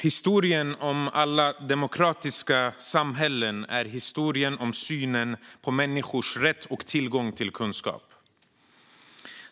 Historien om alla demokratiska samhällen är historien om synen på människors rätt till och tillgång till kunskap.